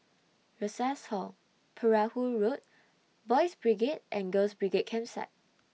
Rosas Hall Perahu Road Boys' Brigade and Girls' Brigade Campsite